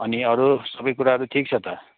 अनि अरू सबै कुराहरू ठिक छ त